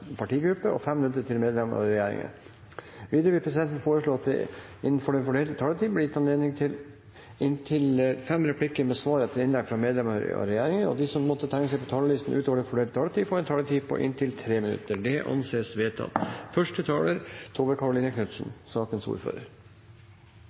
partigruppe og 5 minutter til medlemmer av regjeringen. Videre vil presidenten foreslå at det – innenfor den fordelte taletid – blir gitt anledning til inntil fem replikker med svar etter innlegg fra medlemmer av regjeringen, og at de som måtte tegne seg på talerlisten utover den fordelte taletid, får en taletid på inntil 3 minutter. – Det anses vedtatt.